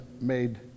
made